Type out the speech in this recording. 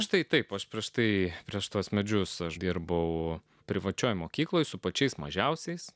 štai taip paprastai prieš tuos medžius aš dirbau privačioje mokykloje su pačiais mažiausiais